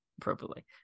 appropriately